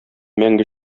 мәңге